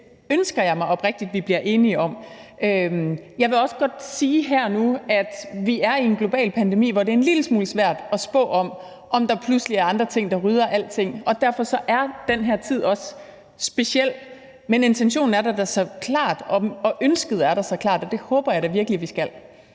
Det ønsker jeg mig oprigtigt vi bliver enige om. Jeg vil også godt sige her og nu, at vi er i en global pandemi, hvor det er en lille smule svært at spå om, om der pludselig er andre ting, der rydder alting, og derfor er den her tid også speciel. Men intentionen er der da så klart, og ønsket er der så klart, og det håber jeg da virkelig vi skal.